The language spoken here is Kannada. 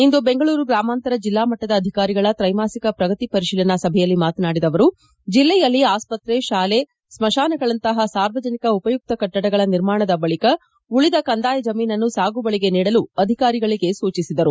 ಇಂದು ಬೆಂಗಳೂರು ಗ್ರಾಮಾಂತರ ಜಿಲ್ಲಾ ಮಟ್ಟದ ಅಧಿಕಾರಿಗಳ ತ್ರೈಮಾಸಿಕ ಪ್ರಗತಿ ಪರಿಶೀಲನಾ ಸಭೆಯಲ್ಲಿ ಮಾತನಾಡಿದ ಅವರು ಜಿಯಲ್ಲಿ ಆಸ್ಪತ್ರೆ ಶಾಲೆ ಸ್ಮಶಾನಗಳಂತಹ ಸಾರ್ವಜನಿಕ ಉಪಯುಕ್ತ ಕಟ್ಟದಗಳ ನಿರ್ಮಾಣದ ಬಳಿಕ ಉಳಿದ ಕಂದಾಯ ಜಮೀನನ್ನು ಸಾಗುವಳಿಗೆ ನೀಡಲು ಅಧಿಕಾರಿಗಳಿಗೆ ಸೂಚಿಸಿದರು